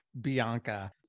Bianca